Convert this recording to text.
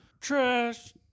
Trash